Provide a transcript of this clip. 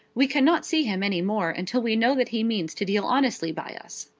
we cannot see him any more until we know that he means to deal honestly by us.